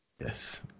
Yes